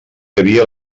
havia